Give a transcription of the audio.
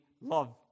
love